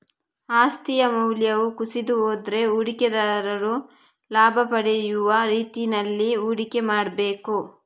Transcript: ಆಸ್ತಿಯ ಮೌಲ್ಯವು ಕುಸಿದು ಹೋದ್ರೆ ಹೂಡಿಕೆದಾರರು ಲಾಭ ಪಡೆಯುವ ರೀತಿನಲ್ಲಿ ಹೂಡಿಕೆ ಮಾಡ್ಬೇಕು